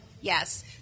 Yes